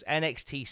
nxt